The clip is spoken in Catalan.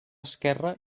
esquerra